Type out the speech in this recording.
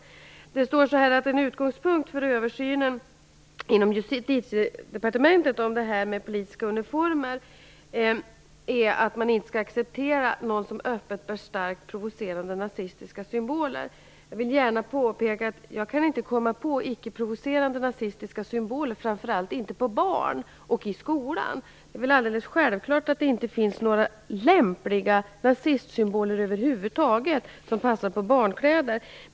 Angående politiska uniformer står det att en utgångspunkt för översynen inom Justitiedepartementet är att man inte skall acceptera någon som öppet bär starkt provocerande nazistiska symboler. Jag vill gärna påpeka att jag inte kan komma på några ickeprovocerande nazistiska symboler, framför allt inte på barn och i skolan. Det är alldeles självklart att det över huvud taget inte finns några lämpliga nazistsymboler som passar på barnkläder.